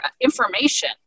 information